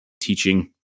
teaching